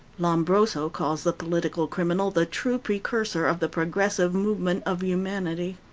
lombroso calls the political criminal the true precursor of the progressive movement of humanity.